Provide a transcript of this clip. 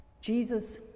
Jesus